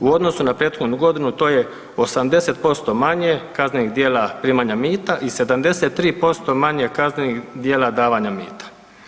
U odnosu na prethodnu godinu to je 80% manje kaznenih djela primanja mita i 73% manje kaznenih djela davanja mita.